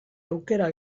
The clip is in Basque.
aukera